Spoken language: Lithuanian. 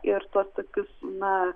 ir tuos tokius na